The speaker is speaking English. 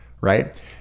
right